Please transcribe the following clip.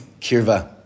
Kirva